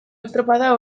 estropada